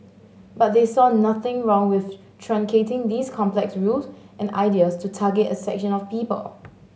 but they saw nothing wrong with truncating these complex rules and ideas to target a section of people